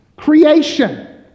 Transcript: Creation